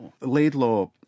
Laidlaw